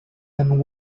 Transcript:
and